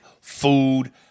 food